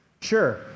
Sure